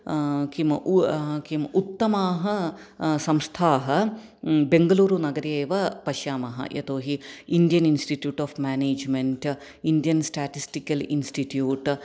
किम् उ किम् उत्तमाः संस्थाः बेङ्गलरूनगरे एव पश्यामः यतोहि Indian institute of management Indian statistical institute